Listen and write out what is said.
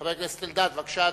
חבר הכנסת אלדד, בבקשה,